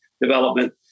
development